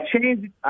changed